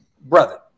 brother